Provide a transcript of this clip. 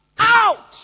Out